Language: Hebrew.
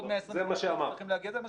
זה מה שאמרת.